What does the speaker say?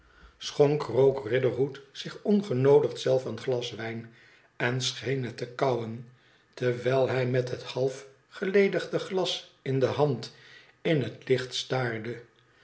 schonk rogue riderood zich ongenoodigd zelf een slas wijn en scheen het te kauwen terwijl hij met het half geledigde glas in de hand in het licht